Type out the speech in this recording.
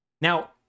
Now